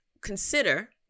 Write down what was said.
consider